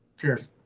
cheers